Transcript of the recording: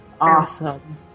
Awesome